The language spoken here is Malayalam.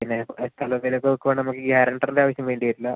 പിന്നെ സ്ഥലം എന്തേലൊക്കെ വെക്കുവാണേൽ നമുക്ക് ഈ ഗ്യാരൻഡറിൻ്റെ ആവശ്യം വേണ്ടി വരില്ല